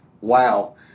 Wow